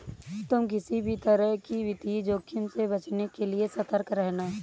तुम किसी भी तरह के वित्तीय जोखिम से बचने के लिए सतर्क रहना